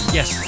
Yes